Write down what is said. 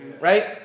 right